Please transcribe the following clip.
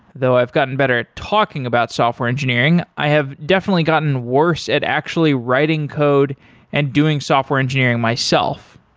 though i've gotten better at talking about software engineering, i have definitely gotten worse at actually writing code and doing software engineering myself.